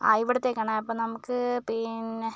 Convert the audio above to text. ആ ഇവിടത്തേക്കാണ് അപ്പം നമുക്ക് പിന്നെ